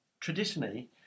traditionally